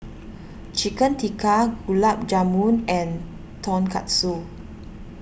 Chicken Tikka Gulab Jamun and Tonkatsu